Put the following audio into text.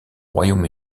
royaume